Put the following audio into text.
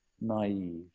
naive